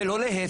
זה לא להפך.